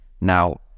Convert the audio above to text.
now